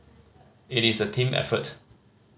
it is a team effort